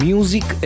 Music